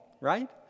right